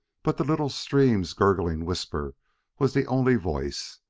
but the little stream's gurgling whisper was the only voice,